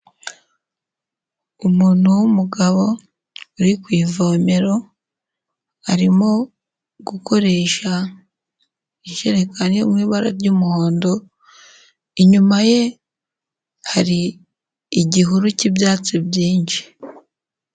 Umuntu w'umugabo uri ku ivomero, arimo gukoresha ijerekani yo mu ibara ry'umuhondo, inyuma ye hari igihuru cy'ibyatsi byinshi.